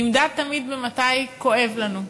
נמדדת תמיד במתי כואב לנו,